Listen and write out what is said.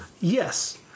yes